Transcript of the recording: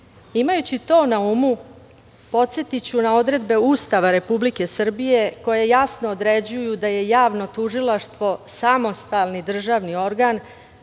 sferi. Imajući to na umu podsetiću na odredbe Ustava Republike Srbije koje jasno određuju da je javno tužilaštvo samostalni državni organ,